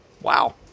Wow